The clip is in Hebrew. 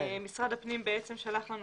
משרד הפנים שלח לנו